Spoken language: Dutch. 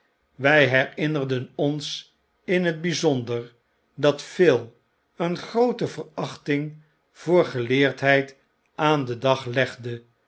wij herinneren ons in het bijzonder dat phil een groote verachting voor geleerdheid aan den dag legde